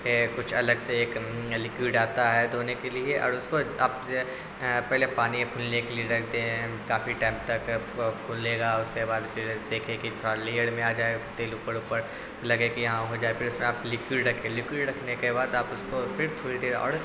کچھ الگ سے ایک لکوڈ آتا ہے دھونے کے لیے اور اس کو آپ پہلے پانی پھولنے کے لیے رکھ دیں کافی ٹائم تک پھولے گا اس کے بعد پھر دیکھیں کہ تھوڑا لیئر میں آ جائے تیل اوپر اوپر لگے کہ ہاں ہو جائے پھر اس میں آپ لکوڈ رکھیں لکوڈ رکھنے کے بعد آپ اس کو پھر تھوڑی دیر اور